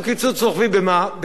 ב-700 מיליון שקל.